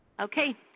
Okay